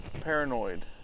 paranoid